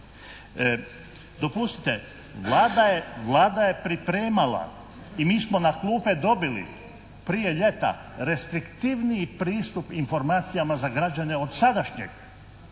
Dopustite, Vlada je pripremala i mi smo na klupe dobili prije ljeta restriktivniji pristup informacijama za građane od sadašnjeg.